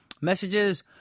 Messages